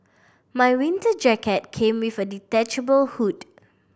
my winter jacket came with a detachable hood